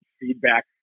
feedback